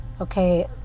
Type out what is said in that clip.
okay